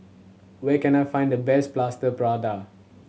where can I find the best Plaster Prata